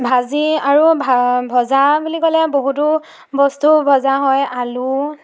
ভাজি আৰু ভা ভজা বুলি ক'লে বহুতো বস্তু ভজা হয় আলু